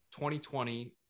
2020